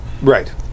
Right